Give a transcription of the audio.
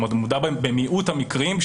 במיעוט מקרים,